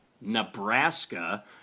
Nebraska